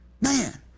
Man